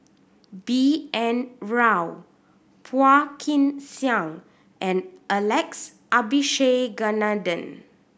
B N Rao Phua Kin Siang and Alex Abisheganaden